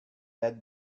let